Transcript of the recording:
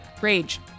rage